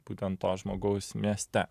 būtent to žmogaus mieste